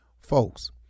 Folks